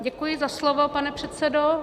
Děkuji za slovo, pane předsedo.